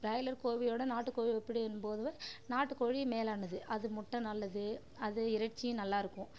broiler கோழியை விட நாட்டுக் கோழி எப்படி என்பதைவிட நாட்டுக் கோழி மேலானது அது முட்டை நல்லது அது இறைச்சியும் நல்லா இருக்கும்